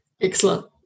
excellent